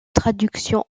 traduction